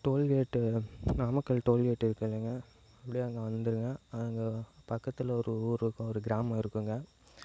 toll gate Namakkal toll gate இருக்குது இல்லைங்க அப்படியே அங்கே வந்திருங்க அங்கே பக்கத்தில் ஒரு ஊர் இருக்கும் ஒரு கிராமம் இருக்குதுங்க